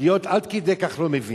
לא מתאים לך להיות עד כדי כך לא מבין.